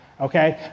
okay